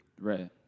Right